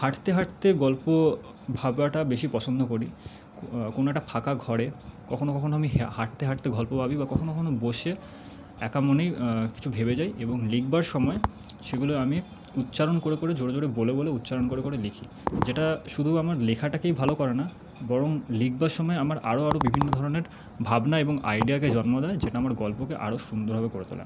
হাঁটতে হাঁটতে গল্প ভাবাটা বেশি পছন্দ করি কোনো একটা ফাঁকা ঘরে কখনোও কখনোও আমি হাঁটতে হাঁটতে গল্প ভাবি কখনোও কখনোও বসে একা মনেই কিছু ভেবে যাই এবং লিখবার সময় সেগুলো আমি উচ্চারণ করে করে জোরে জোরে বলে বলে উচ্চারণ করে করে লিখি যেটা শুধু আমার লেখাটাকেই ভালো করে না বরং লিখবার সময় আমার আরও আরও বিভিন্ন ধরনের ভাবনা এবং আইডিয়াকে জন্ম দেয় যেটা আমার গল্পকে আরও সুন্দরভাবে গড়ে তোলে